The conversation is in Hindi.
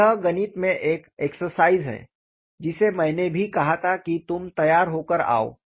अब यह गणित में एक एक्सरसाइज है जिसे मैंने भी कहा था कि तुम तैयार होकर आओ